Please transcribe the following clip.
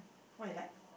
what you like